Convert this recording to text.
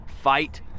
fight